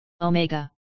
Omega